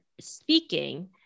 speaking